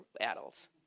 adults